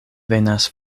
venas